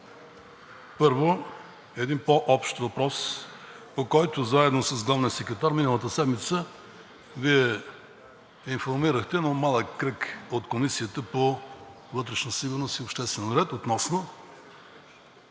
Първо един по-общ въпрос, по който заедно с главния секретар миналата седмица Вие информирахте, но малък кръг от Комисията по вътрешна сигурност и обществен ред относно